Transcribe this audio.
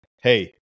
hey